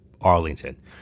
Arlington